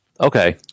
Okay